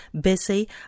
busy